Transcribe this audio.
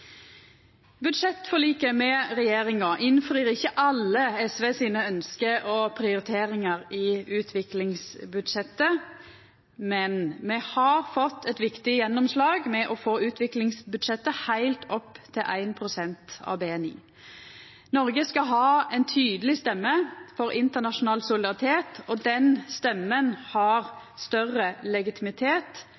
Budsjettforliket med regjeringa innfrir ikkje alle SVs ønske og prioriteringar i utviklingsbudsjettet, men me har fått eit viktig gjennomslag ved å få utviklingsbudsjettet heilt opp til 1 pst. av BNI. Noreg skal ha ei tydeleg stemme for internasjonal solidaritet, og den stemmen har